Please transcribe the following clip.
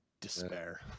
despair